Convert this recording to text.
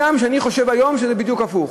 הגם שאני חושב שהיום זה בדיוק הפוך: